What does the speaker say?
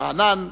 רענן,